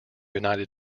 united